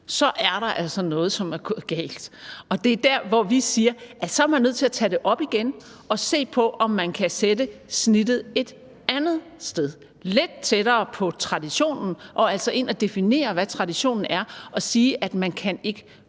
er der altså noget, som er gået galt. Der er der, vi siger, at man så er nødt til at tage det op igen og se på, om man kan lægge snittet et andet sted, lidt tættere på traditionen, og altså gå ind at definere, hvad traditionen er, og sige, at folk ikke